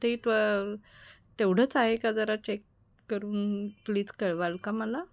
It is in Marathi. ते तेवढंच आहे का जरा चेक करून प्लीज कळवाल का मला